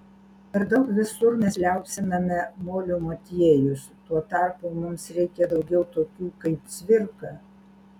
per daug visur mes liaupsiname molio motiejus tuo tarpu mums reikia daugiau tokių kaip cvirka